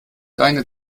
deine